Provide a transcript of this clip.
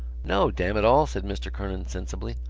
no, damn it all, said mr. kernan sensibly,